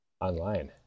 online